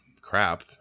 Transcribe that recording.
crap